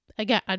Again